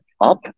up